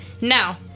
Now